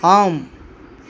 ஆம்